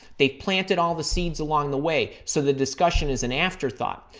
they've planted all the seeds along the way, so the discussion is an afterthought.